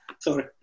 Sorry